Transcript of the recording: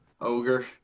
Ogre